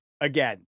again